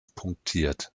punktiert